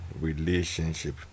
relationship